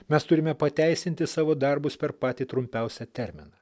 mes turime pateisinti savo darbus per patį trumpiausią terminą